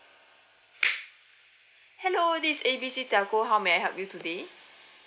hello this is A B C telco how may I help you today